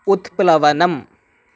उत्प्लवनम्